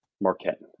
Marquette